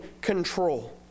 control